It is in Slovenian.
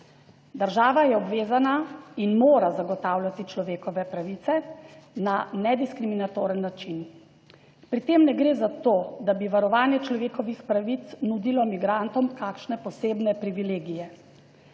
Država je obvezana in mora zagotavljati človekove pravice na nediskriminatoren način. Pri tem ne gre za to, da bi varovanje človekovih pravic nudilo migrantom kakšne posebne privilegije.